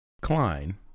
Klein